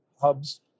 hubs